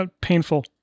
painful